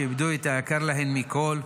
שאיבדו את היקר להם מכול,